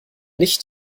nicht